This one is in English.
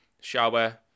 Shower